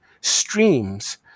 streams